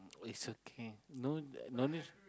is okay no no need